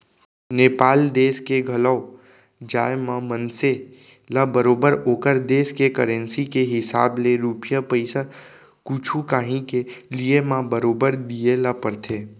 नेपाल देस के घलौ जाए म मनसे ल बरोबर ओकर देस के करेंसी के हिसाब ले रूपिया पइसा कुछु कॉंही के लिये म बरोबर दिये ल परथे